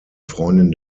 freundin